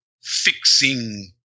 fixing